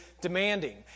demanding